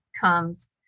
comes